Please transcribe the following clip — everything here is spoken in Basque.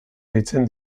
deitzen